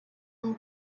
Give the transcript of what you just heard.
look